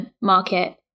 market